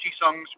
songs